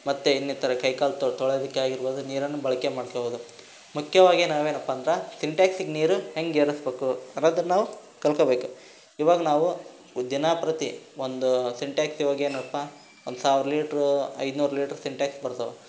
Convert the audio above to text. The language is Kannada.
ಮತ್ತೆ ಇನ್ನಿತರ ಕೈ ಕಾಲು ತೊಳ್ಯೋದಕ್ಕೆ ಆಗಿರ್ಬೋದು ನೀರನ್ನು ಬಳಕೆ ಮಾಡ್ಕೊಬೋದು ಮುಖ್ಯವಾಗಿ ನಾವೇನಪ್ಪ ಅಂದ್ರೆ ಸಿಂಟೆಕ್ಸಿಗೆ ನೀರು ಹೆಂಗೆ ಏರಸ್ಬೇಕು ಅನ್ನೋದನ್ನು ನಾವು ಕಲ್ತ್ಕಬೇಕು ಇವಾಗ ನಾವು ದಿನ ಪ್ರತಿ ಒಂದು ಸಿಂಟೆಕ್ಸ್ ಇವಾಗ ಏನಪ್ಪ ಒಂದು ಸಾವಿರ ಲೀಟ್ರ್ ಐನೂರು ಲೀಟ್ರ್ ಸಿಂಟೆಕ್ಸ್ ಬರ್ತವೆ